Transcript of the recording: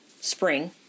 spring